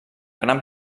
gran